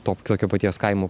tokio paties kaimo